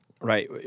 Right